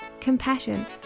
compassion